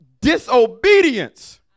disobedience